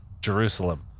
Jerusalem